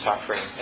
suffering